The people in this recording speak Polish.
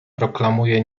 proklamuje